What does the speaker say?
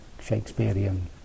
Shakespearean